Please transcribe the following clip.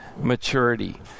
maturity